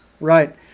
Right